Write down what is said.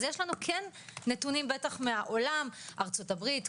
אז יש לנו נתונים מהעולם ארצות הברית,